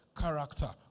character